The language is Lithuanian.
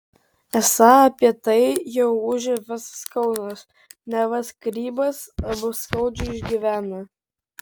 esą apie tai jau ūžia visas kaunas neva skyrybas abu skaudžiai išgyvena